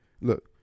Look